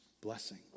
blessing